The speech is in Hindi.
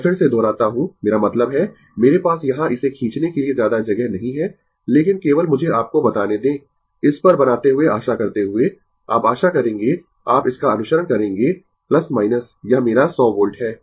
मैं फिर से दोहराता हूं मेरा मतलब है मेरे पास यहाँ इसे खींचने के लिए ज्यादा जगह नहीं है लेकिन केवल मुझे आपको बताने दें इस पर बनाते हुए आशा करते हुए आप आशा करेंगें आप इसका अनुसरण करेंगें यह मेरा 100 वोल्ट है